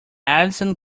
alison